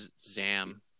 Zam